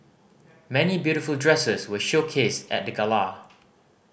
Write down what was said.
many beautiful dresses were showcased at the gala